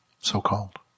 so-called